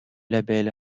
label